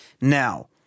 now